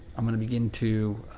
i'm gonna begin to,